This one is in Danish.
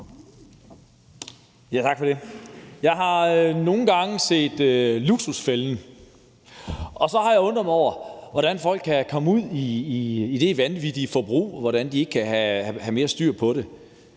Jeg har nogle gange set Luksusfælden, og så har jeg undret mig over, hvordan folk kan komme ud i det vanvittige forbrug og ikke have mere styr på det.